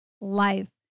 life